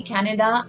Canada